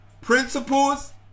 principles